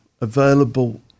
available